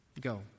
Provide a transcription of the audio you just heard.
Go